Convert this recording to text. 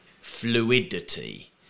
fluidity